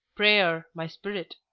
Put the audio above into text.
prayer my spirit.